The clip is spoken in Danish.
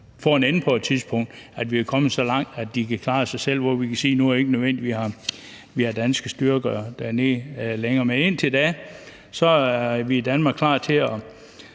får en ende på et tidspunkt, når vi er kommet så langt, at de kan klare sig selv, så vi kan sige, at det ikke længere er nødvendigt, at vi har danske styrker dernede. Men indtil da er vi i Danmark klar til at